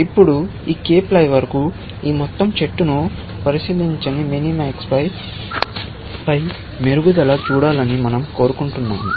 ఇప్పుడు ఈ కేప్ లై వరకు ఈ మొత్తం ట్రీను పరిశీలించని మినిమాక్స్ పై మెరుగుదల చూడాలని మనం కోరుకుంటున్నాము